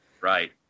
Right